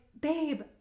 babe